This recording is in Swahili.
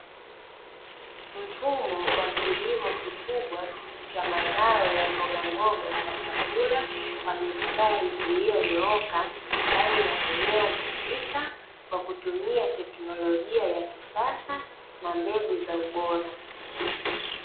Mfumo wa kilimo kikubwa cha mazao ya mbogamboga za chakula kwa mistari iliyonyooka ndani ya eneo husika, kwa kutumia teknolojia ya kisasa na mbegu za ubora.